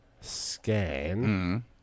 scan